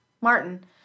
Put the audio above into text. Martin